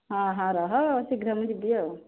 ହଁ ହଁ ରୁହ ଶୀଘ୍ର ମୁଁ ଯିବି ଆଉ